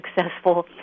successful